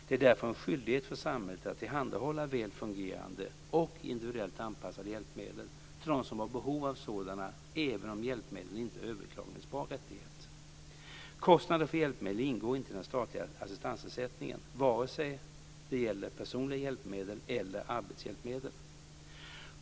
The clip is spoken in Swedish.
Det är därför en skyldighet för samhället att tillhandahålla dem som har behov väl fungerande och individuellt anpassade hjälpmedel, även om hjälpmedlen inte är en överklagningsbar rättighet. Kostnader för hjälpmedel ingår inte i den statliga assistansersättningen vare sig det gäller personliga hjälpmedel eller arbetshjälpmedel.